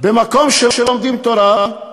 במקום שלומדים תורה.